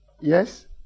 Yes